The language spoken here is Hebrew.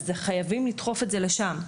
אז חייבים לדחוף את זה לשם.